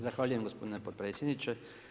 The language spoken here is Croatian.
Zahvaljujem gospodine potpredsjedniče.